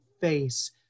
face